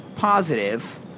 Positive